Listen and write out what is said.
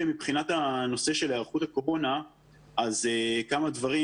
מבחינת הנושא של היערכות לקורונה כמה דברים.